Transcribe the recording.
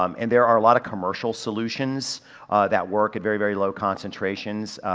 um and there are a lot of commercial solutions that work at very, very low concentrations.